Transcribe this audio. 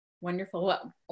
Wonderful